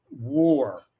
War